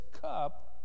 cup